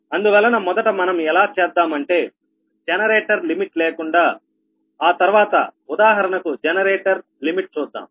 అందువల్ల మొదట మనం ఎలా చేద్దాం అంటే జనరేటర్ లిమిట్ లేకుండా ఆ తర్వాత ఉదాహరణకు జనరేటర్ లిమిటె చూద్దాం